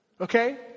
okay